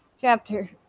chapter